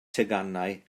teganau